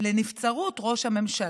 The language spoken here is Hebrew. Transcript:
לנבצרות ראש הממשלה.